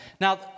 Now